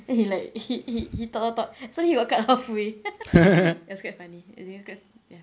then he like he he he talk talk talk so he got cut halfway it was quite funny ya